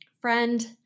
Friend